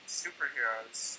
superheroes